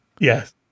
yes